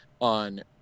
on